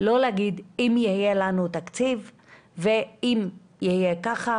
לא להגיד - אם יהיה לנו תקציב ואם יהיה ככה,